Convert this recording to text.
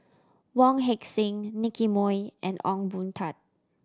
Wong Heck Sing Nicky Moey and Ong Boon Tat